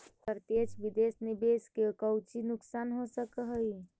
प्रत्यक्ष विदेश निवेश के कउची नुकसान हो सकऽ हई